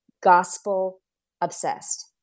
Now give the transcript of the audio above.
gospel-obsessed